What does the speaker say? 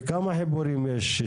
וכמה חיבורים יש?